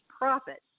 profit